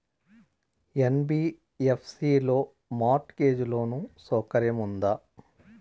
NBFC లో mortgage loan సౌకర్యం ఉందా?